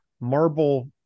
marble